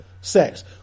sex